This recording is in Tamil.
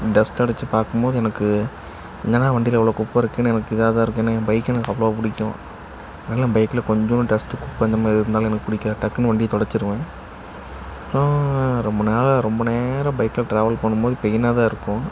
டஸ்ட் தொடிச்சி பார்க்கும் போது எனக்கு என்னென்னா வண்டியில் இவ்வளோ குப்பை இருக்கேன்னு எனக்கு இதா தான் இருக்கும் ஏன்னால் பைக் எனக்கு அவ்வளோ பிடிக்கும் முன்னாடியெலாம் பைகில் கொஞ்சம் டஸ்ட்டு குப்பை இந்த மாதிரி இருந்தாலே எனக்கு பிடிக்காது டக்குனு வண்டியை தொடச்சிருவேன் ரொம்ப நாளாக ரொம்ப நேரம் பைகில் ட்ராவல் பண்ணும் போது பெயினாக தான் இருக்கும்